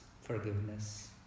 forgiveness